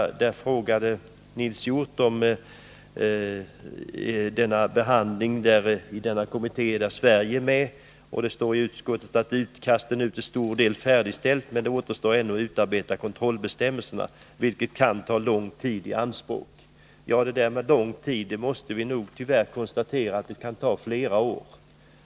Nils Hjorth ställde en fråga rörande behandlingen av detta spörsmål i den kommitté där Sverige är med. Det står i utskottets betänkande: ”Ett utkast är nu till stor del färdigställt, men det återstår ännu att utarbeta kontrollbestämmelser, vilket kan ta lång tid i anspråk.” Vad gäller detta med lång tid måste vi tyvärr konstatera att det nog kan ta flera år.